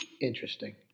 Interesting